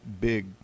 big